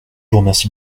remercie